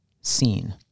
seen